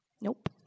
Nope